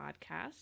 podcast